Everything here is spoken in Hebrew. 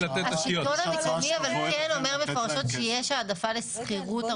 לתת ------ לגבי השאלה של תומר